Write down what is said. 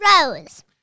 Rose